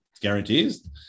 guarantees